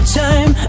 time